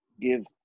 give